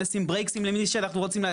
נשים ברקסים למי שאנחנו רוצים'.